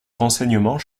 renseignement